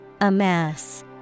Amass